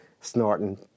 snorting